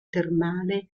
termale